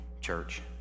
church